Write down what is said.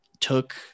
took